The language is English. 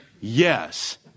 Yes